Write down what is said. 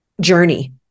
journey